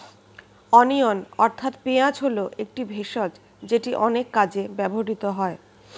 onion অর্থাৎ পেঁয়াজ হল একটি ভেষজ যেটি অনেক কাজে ব্যবহৃত হয়